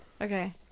okay